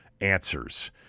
answers